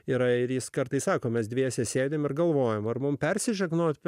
yra ir jis kartais sako mes dviese sėdime ir galvojome ar mums persižegnoti